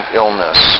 illness